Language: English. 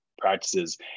practices